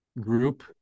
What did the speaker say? group